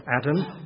Adam